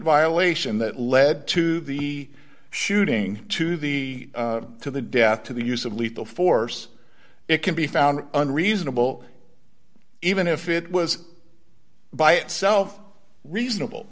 violation that led to the shooting to the to the death to the use of lethal force it can be found unreasonable even if it was by itself